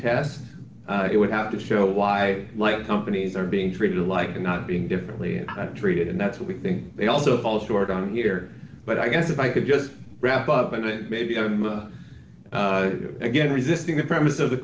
test it would have to show why light companies are being treated alike and not being differently not treated and that's what we think they also fall short on here but i guess if i could just wrap up and it may be again resisting the premise of the